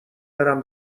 برم